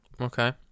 Okay